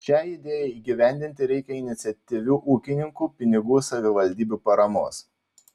šiai idėjai įgyvendinti reikia iniciatyvių ūkininkų pinigų savivaldybių paramos